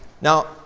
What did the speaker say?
Now